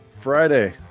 Friday